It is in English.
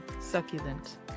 succulent